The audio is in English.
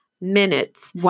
minutes